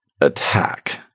attack